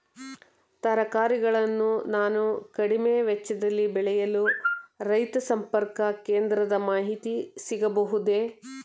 ತರಕಾರಿಗಳನ್ನು ನಾನು ಕಡಿಮೆ ವೆಚ್ಚದಲ್ಲಿ ಬೆಳೆಯಲು ರೈತ ಸಂಪರ್ಕ ಕೇಂದ್ರದ ಮಾಹಿತಿ ಸಿಗಬಹುದೇ?